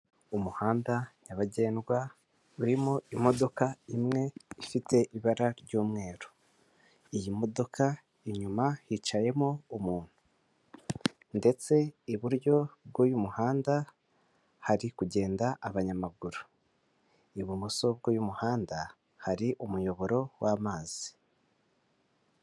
Umuhanda nyabagendwa urimo imodoka imwe ifite ibara ry'umweru iyi modoka inyuma hicayemo umuntu ndetse iburyo bw'uyu muhanda hari kugenda abanyamaguru, ibumoso bw'umuhanda hari umuyoboro w'amazi.